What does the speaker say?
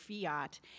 fiat